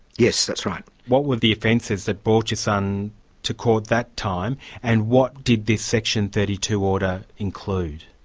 yes, that's right. what were the offences that brought your son to court that time, and what did this section thirty two order include?